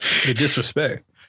disrespect